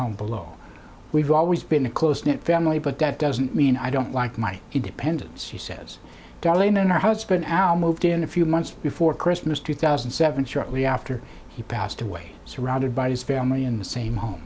home below we've always been a close knit family but that doesn't mean i don't like my he dependents he says darlene and her husband now moved in a few months before christmas two thousand and seven shortly after he passed away surrounded by his family in the same home